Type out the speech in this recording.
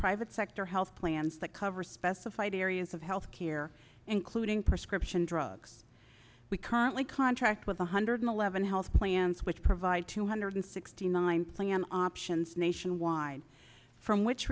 private sector health plans that cover specified areas of health care including prescription drugs we currently contract with one hundred eleven health plans which provide two hundred sixty nine plan options nationwide from which